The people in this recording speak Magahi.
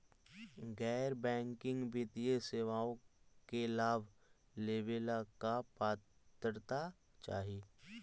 गैर बैंकिंग वित्तीय सेवाओं के लाभ लेवेला का पात्रता चाही?